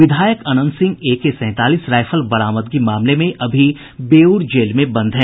विधायक अनंत सिंह एके सैंतालीस रायफल बरामदगी मामले में अभी बेऊर जेल में बंद हैं